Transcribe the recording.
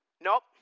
Nope